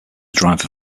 driver